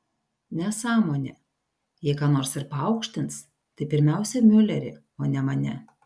nesąmonė jei ką nors ir paaukštins tai pirmiausia miulerį o ne mane